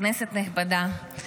כנסת נכבדה,